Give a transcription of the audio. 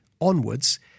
onwards